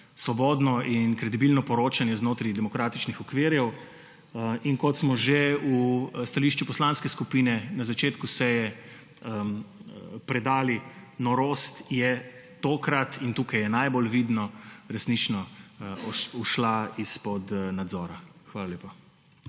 svobodno in kredibilno poročanje znotraj demokratičnih okvirjev. In kot smo že v stališču poslanske skupine na začetku seje predali norost, je tokrat – in tukaj je najbolj vidno – resnično ušla izpod nadzora. Hvala lepa.